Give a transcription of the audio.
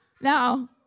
Now